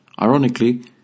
Ironically